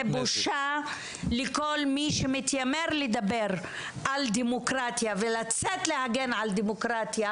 זה בושה לכל מי שמתיימר לדבר על דמוקרטיה ולצאת להגן על דמוקרטיה,